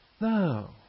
No